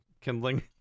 kindling